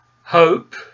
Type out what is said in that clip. hope